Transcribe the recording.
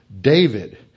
David